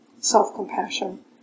self-compassion